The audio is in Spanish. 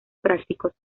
prácticos